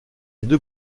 deux